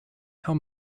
how